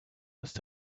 must